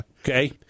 Okay